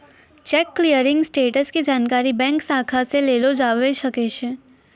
cheque clearing status के जानकारी bank शाखा से लेलो जाबै सकै छै